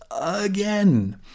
Again